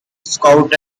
scout